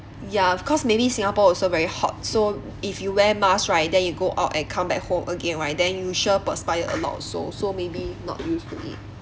ya of course maybe singapore also very hot so if you wear mask right then you go out and come back home again right then you sure perspire a lot so so maybe not used to it